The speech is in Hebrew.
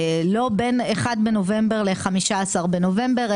לא בין 1 בנובמבר ל-15 בנובמבר,